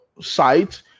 site